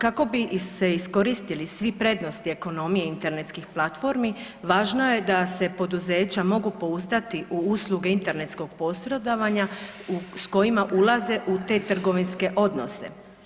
Kako bi se iskoristili svi prednosti ekonomije internetskih platformi važno je da se poduzeća mogu pouzdati u usluge internetskog posredovanja s kojima ulaze u te trgovinske odnose.